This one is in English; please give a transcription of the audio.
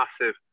massive